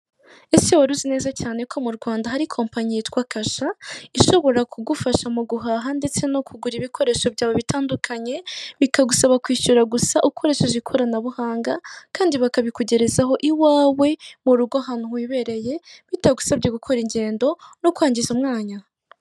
Ese wari uzi neza cyane ko mu Rwanda hari kompanyi yitwa kasha, ishobora kugufasha mu guhaha ndetse no kugura ibikoresho byawe bitandukanye, bikagusaba kwishyura gusa ukoresheje ikoranabuhanga kandi bakabikugerezaho iwawe, mu rugo ahantu wibereye, bitagusabye gukora ingendo no kwangiza umwanya?